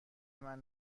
شلوارت